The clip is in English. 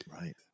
right